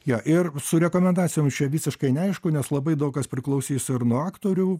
jo ir su rekomendacijom čia visiškai neaišku nes labai daug kas priklausys ir nuo aktorių